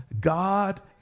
God